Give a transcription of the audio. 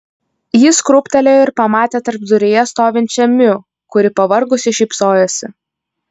jis krūptelėjo ir pamatė tarpduryje stovinčią miu kuri pavargusi šypsojosi